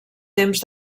temps